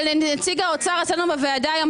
אבל נציג האוצר אצלנו בוועדה היום,